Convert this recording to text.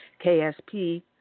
KSP